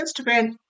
Instagram